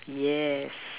yes